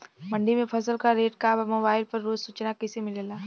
मंडी में फसल के का रेट बा मोबाइल पर रोज सूचना कैसे मिलेला?